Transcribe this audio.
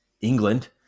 England